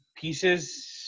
pieces